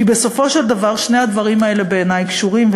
כי בסופו של דבר שני הדברים האלה בעיני קשורים,